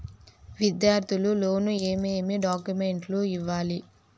విద్యార్థులు లోను ఏమేమి డాక్యుమెంట్లు ఇవ్వాలి?